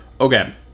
Okay